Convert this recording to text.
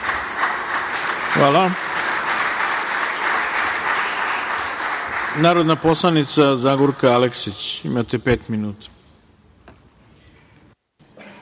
ima narodna poslanica Zagorka Aleksić. Imate pet minuta.